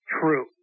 true